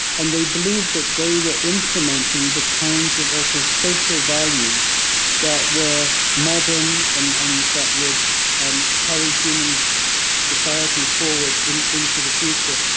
and they believed that they were implementing the kinds of also social values that were modern and and that would um carry human society forward into the future.